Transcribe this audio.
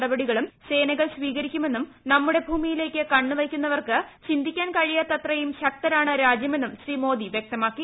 നടപടികളും സേനകൾ സ്വീകരിക്കുമെന്നും നമ്മുടെ ഭൂമിയിലേക്ക് കണ്ണു വയ്ക്കുന്നവർക്ക് ചിന്തിക്കാൻ കഴിയാത്ത്രയും ശക്തരാണ് രാജ്യമെന്നും ശ്രീ മോദി വ്യക്തമാക്കി